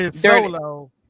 solo